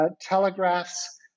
telegraphs